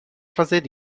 fazer